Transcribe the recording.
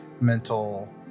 mental